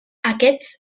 aquests